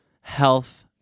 health